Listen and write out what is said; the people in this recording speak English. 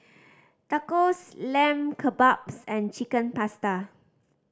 Tacos Lamb Kebabs and Chicken Pasta